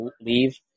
leave